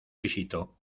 pisito